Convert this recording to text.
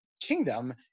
kingdom